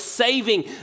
saving